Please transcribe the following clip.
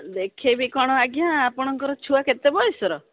ଦେଖେଇବି କ'ଣ ଆଜ୍ଞା ଆପଣଙ୍କର ଛୁଆ କେତେ ବୟସର